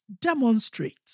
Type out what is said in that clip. demonstrate